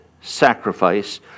sacrifice